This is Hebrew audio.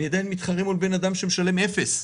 אני עדיין מתחרה מול בן אדם שמשלם אפס.